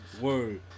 word